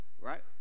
right